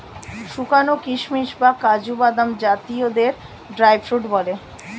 শুকানো কিশমিশ বা কাজু বাদাম জাতীয়দের ড্রাই ফ্রুট বলে